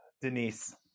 Denise